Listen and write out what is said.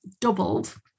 doubled